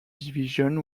division